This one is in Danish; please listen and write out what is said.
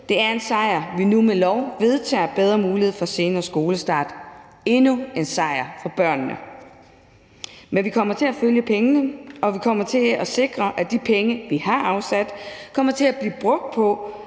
Det er en sejr, at vi nu ved lov vedtager bedre mulighed for senere skolestart – endnu en sejr for børnene. Men vi kommer til at følge pengene, og vi kommer til at sikre, at de penge, vi har afsat, kommer til at blive brugt på,